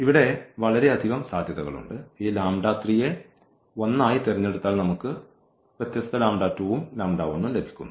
ഇവിടെ വളരെയധികം സാധ്യതകളുണ്ട് ഈ യെ 1 ആയി തിരഞ്ഞെടുത്താൽ നമുക്ക് വ്യത്യസ്ത ഉം ഉം ലഭിക്കുന്നു